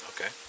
Okay